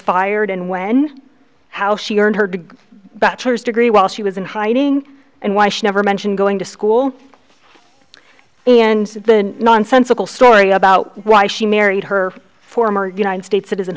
fired and when how she earned her to buttress degree while she was in hiding and why she never mentioned going to school and the nonsensical story about why she married her former united states citizen